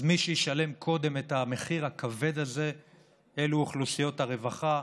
אז מי שישלם קודם את המחיר הכבד הזה אלו אוכלוסיות הרווחה,